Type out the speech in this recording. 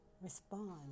respond